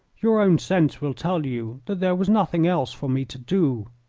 your own sense will tell you that there was nothing else for me to do.